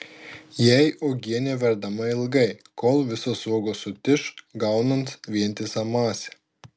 jei uogienė verdama ilgai kol visos uogos sutiš gaunant vientisą masę